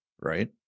right